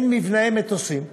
אין מבנאי מטוסים,